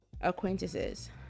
Acquaintances